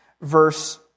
verse